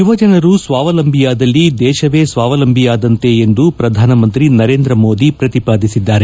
ಯುವಜನರು ಸ್ನಾವಲಂಬಿಯಾದಲ್ಲಿ ದೇಶವೇ ಸ್ನಾವಲಂಬಿಯಾದಂತೆ ಎಂದು ಶ್ರಧಾನಮಂತ್ರಿ ನರೇಂದ್ರ ಮೋದಿ ಪ್ರತಿಪಾದಿಸಿದ್ದಾರೆ